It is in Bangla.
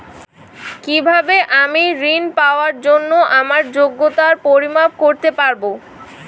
কিভাবে আমি ঋন পাওয়ার জন্য আমার যোগ্যতার পরিমাপ করতে পারব?